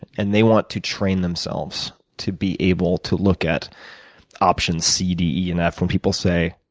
and they want to train themselves to be able to look at options c, d, e and f when people say,